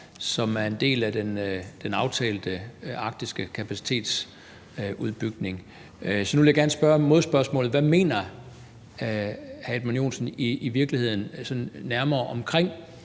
som er en del af den aftalte arktiske kapacitetsudbygning, så nu vil jeg gerne stille modspørgsmålet: Hvad mener hr. Edmund Joensen i virkeligheden sådan nærmere omkring